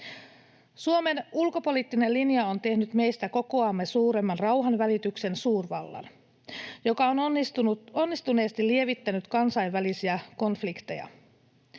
Suomen ulkopoliittinen linja on tehnyt meistä kokoamme suuremman rauhanvälityksen suurvallan, joka on onnistuneesti lievittänyt kansainvälisiä konflikteja.